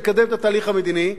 לקדם את התהליך המדיני,